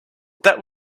that